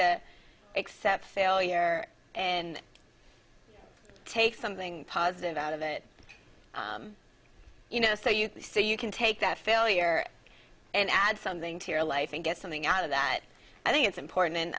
to accept failure and take something positive out of it you know so you say you can take that failure and add something to your life and get something out of that i think it's important